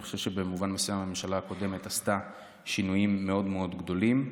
אני חושב שבמובן מסוים הממשלה הקודמת עשתה שינויים מאוד מאוד גדולים.